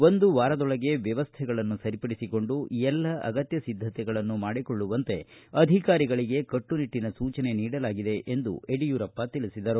ಒಂದು ವಾರದೊಳಗೆ ವ್ಯವಸ್ಥೆಗಳನ್ನು ಸರಿಪಡಿಸಿಕೊಂಡು ಎಲ್ಲ ಅಗತ್ನ ಸಿದ್ದತೆಗಳನ್ನು ಮಾಡಿಕೊಳ್ಳುವಂತೆ ಅಧಿಕಾರಿಗಳಿಗೆ ಕಟ್ಟುನಿಟ್ಟಿನ ಸೂಚನೆ ನೀಡಲಾಗಿದೆ ಎಂದು ಯಡಿಯೂರಪ್ಪ ತಿಳಿಸಿದ್ದಾರೆ